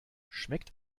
schmeckt